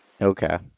Okay